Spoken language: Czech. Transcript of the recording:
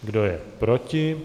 Kdo je proti?